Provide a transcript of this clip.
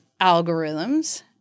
algorithms